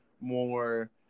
more